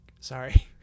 sorry